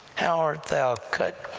how art thou cut